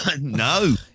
No